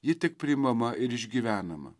ji tik priimama ir išgyvenama